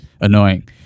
annoying